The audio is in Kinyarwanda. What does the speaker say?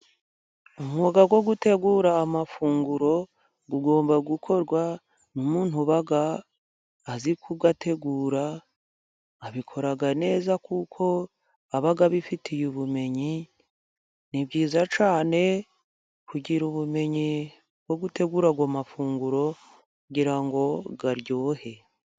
Umwuga wo gutegura amafunguro ugomba gukorwa n'umuntu uba azi kuyategura, abikora neza kuko aba abifitiye ubumenyi. Ni byiza cyane kugira ubumenyi bwo gutegura ayo mafunguro kugira ngo aryohe.